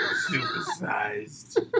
Super-sized